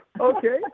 Okay